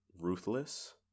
ruthless